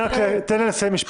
תן לה לסיים משפט.